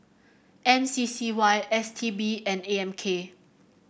M C C Y S T B and A M K